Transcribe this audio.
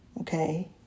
okay